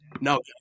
no